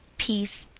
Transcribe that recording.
peace.